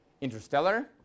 Interstellar